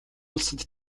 улсад